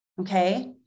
Okay